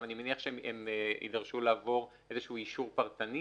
אני מניח שהם יידרשו לעבור אישור פרטני